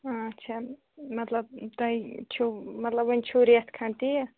اچھا مطلب تۅہہِ چھُو مطلب وۅنۍ چھُو ریٚتھ کھنٛڈ تی یا